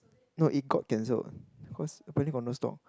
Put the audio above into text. no it got cancelled cause apparently got no stock